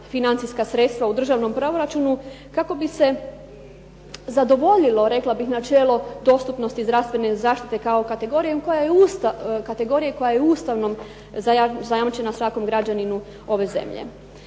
financijska sredstva u državnom proračunu kako bi se zadovoljilo, rekla bih, načelo dostupnosti zdravstvene zaštite kao kategorije koja je Ustavom zajamčena svakom građaninu ove zemlje.